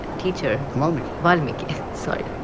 teacher. valmiki. valmiki. sorry.